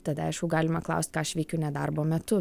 tada aišku galima klaust ką aš veikiu ne darbo metu